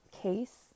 case